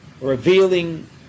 revealing